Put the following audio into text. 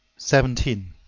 seventeen.